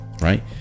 right